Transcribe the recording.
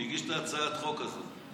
שהגיש את הצעת החוק הזאת.